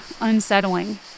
unsettling